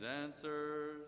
answers